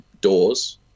doors